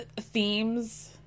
themes